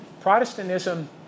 Protestantism